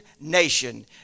nation